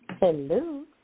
Hello